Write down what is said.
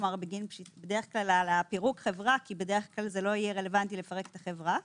בדרך כלל על פירוק חברה כי בדרך כלל לא יהיה רלוונטי לפרק את החברה.